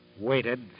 Waited